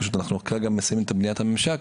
פשוט אנחנו כרגע מנסים את בניית הממשק,